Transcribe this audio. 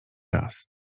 raz